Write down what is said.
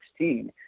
2016